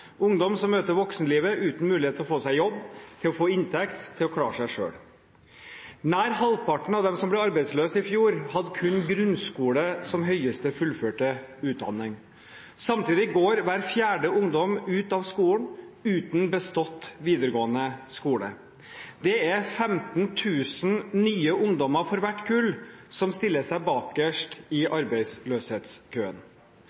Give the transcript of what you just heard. ungdom som møter voksenlivet uten mulighet til å få seg jobb, inntekt og klare seg selv. Nær halvparten av dem som ble arbeidsløse i fjor, hadde kun grunnskole som høyeste fullførte utdanning. Samtidig går hver fjerde ungdom ut av skolen uten fullført videregående skole. Det er 15 000 nye ungdommer for hvert kull som stiller seg bakerst i